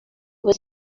was